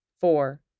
Four